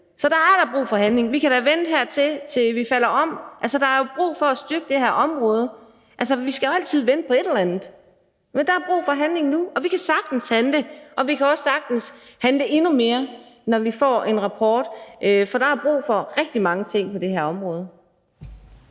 Så der da brug for handling – ellers kan vi jo vente her, indtil vi falder om. Altså, der er jo brug for at styrke det her område. Og vi skal jo altid vente på et eller andet. Men der er brug for handling nu, og vi kan sagtens handle, og vi kan også sagtens handle endnu mere, når vi får rapporten, for der er brug for rigtig mange ting på det her område.